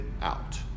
out